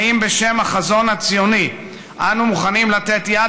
האם בשם החזון הציוני אנו מוכנים לתת יד